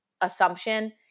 assumption